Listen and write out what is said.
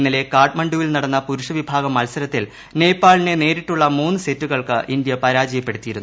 ഇന്നലെ കാഠ്മണ്ഠുവിൽ നടന്ന പുര്യ്ക്ഷ് വിഭാഗം മത്സരത്തിൽ നേപ്പാളിനെ നേരിട്ടുള്ള മൂന്ന് സെറ്റുകൾക്ക് ഇന്ത്യ പരാജയപ്പെടുത്തിയിരുന്നു